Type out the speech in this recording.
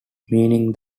meaning